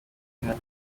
inka